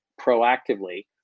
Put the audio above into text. proactively